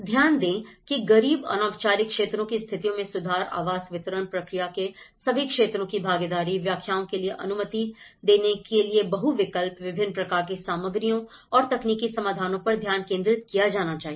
ध्यान दें की गरीब अनौपचारिक क्षेत्रों की स्थितियों में सुधार आवास वितरण प्रक्रिया के सभी क्षेत्रों की भागीदारी व्याख्याओं के लिए अनुमति देने के लिए बहु विकल्प विभिन्न प्रकार की सामग्रियों और तकनीकी समाधानों पर ध्यान केंद्रित किया जाना चाहिए